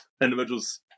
individuals